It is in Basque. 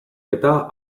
eta